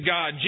God